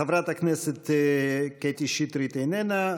חברת הכנסת קטי שטרית, איננה.